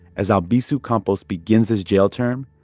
as albizu campos begins his jail term,